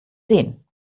sehen